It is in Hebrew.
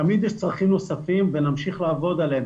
תמיד יש צרכים נוספים ונמשיך לעבוד עליהם